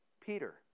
Peter